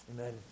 Amen